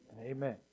Amen